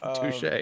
Touche